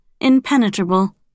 impenetrable